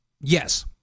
Yes